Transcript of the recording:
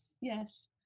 yes